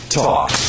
talk